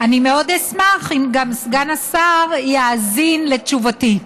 אני מאוד אשמח אם גם סגן השר יאזין לתשובתי.